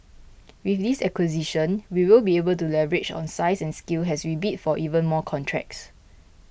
with this acquisition we will be able to leverage on size and scale as we bid for even more contracts